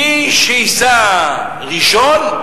מי שייסע ראשון,